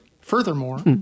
furthermore